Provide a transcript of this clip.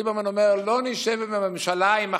ליברמן אומר: לא נשב בממשלה עם החרדים.